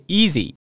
easy